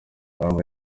impamvu